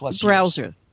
browser